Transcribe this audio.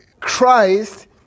Christ